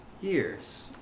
years